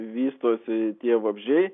vystosi tie vabzdžiai